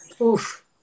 oof